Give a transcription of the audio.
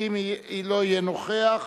ואם לא יהיה נוכח,